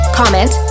comment